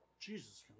Jesus